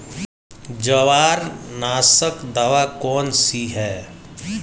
जवार नाशक दवा कौन सी है?